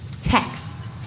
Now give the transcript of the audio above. text